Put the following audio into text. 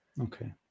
Okay